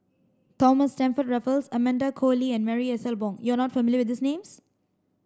Thomas Stamford Raffles Amanda Koe Lee and Marie Ethel Bong you are not familiar with names